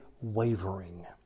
wavering